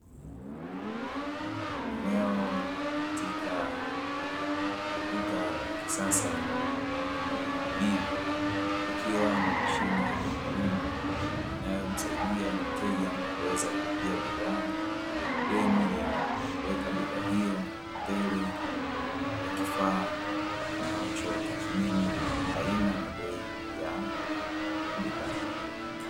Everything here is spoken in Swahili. Eneo katika duka la kisasa la kujihudumia, likiwa na mashine maalumu inayomsaidia mteja kuweza kulipia bidhaa, yeye mwenyewe kwa kuweka bidhaa hiyo mbele ya kifaa kinachotathimini aina na bei ya bidhaa hiyo.